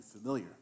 familiar